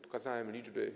Pokazałem liczby.